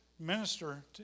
Minister